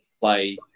play